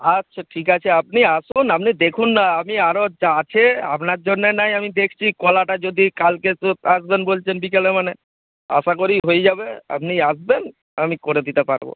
আচ্ছা ঠিক আছে আপনি আসুন আপনি দেখুন না আমি আরও যা আছে আপনার জন্যে না হয় আমি দেখছি কলাটা যদি কালকে তো আসবেন বলছেন বিকেলে মানে আশা করি হয়ে যাবে আপনি আসবেন আমি করে দিতে পারব